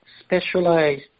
Specialized